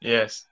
Yes